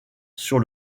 sur